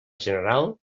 general